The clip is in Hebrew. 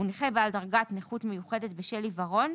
הוא נכה בעל דרגת נכות מיוחדת בשל עיוורון,